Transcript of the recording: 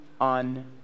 on